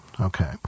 okay